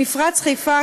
מפרץ חיפה,